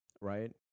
right